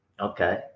Okay